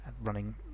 running